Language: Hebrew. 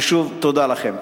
ושוב, תודה לכם.